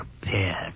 prepared